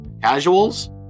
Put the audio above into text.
casuals